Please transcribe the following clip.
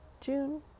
June